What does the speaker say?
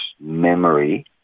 memory